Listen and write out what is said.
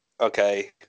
Okay